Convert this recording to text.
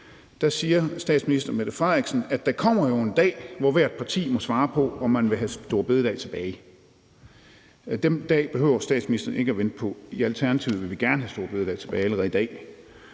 Der siger statsministeren, at der jo kommer en dag, hvor hvert parti må svare på, om man vil have store bededag tilbage. Den dag behøver statsministeren ikke at vente på. I Alternativet vil vi gerne have store bededag tilbage allerede i dag.